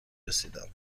رسیدم